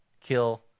kill